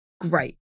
great